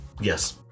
Yes